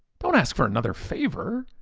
don't ask for another favor,